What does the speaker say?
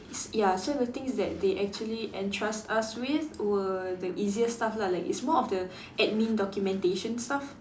s~ ya so the thing is that they actually entrust us with were the easier stuff lah like it's more of the admin documentation stuff